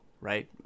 right